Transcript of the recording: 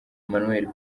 emmanuel